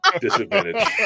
Disadvantage